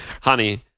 honey